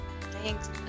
Thanks